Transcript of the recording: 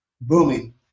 Booming